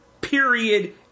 Period